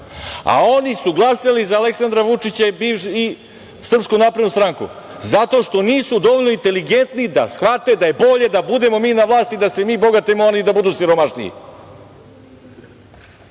Oni su glasali za Aleksandra Vučića i SNS, zato što nisu dovoljno inteligentni da shvate da je bolje da budemo mi na vlasti, da se mi bogatimo, a oni da budu siromašniji.